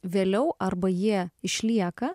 vėliau arba jie išlieka